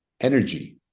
energy